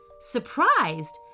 Surprised